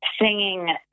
singing